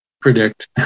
predict